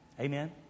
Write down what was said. Amen